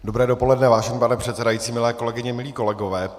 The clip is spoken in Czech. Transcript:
Dobré dopoledne, vážený pane předsedající, milé kolegyně, milí kolegové.